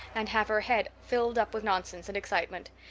and have her head filled up with nonsense and excitement.